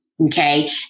okay